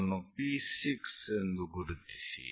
ಅದನ್ನು P6 ಎಂದು ಗುರುತಿಸಿ